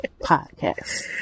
podcast